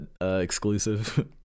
exclusive